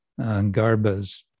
garbas